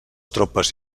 tropes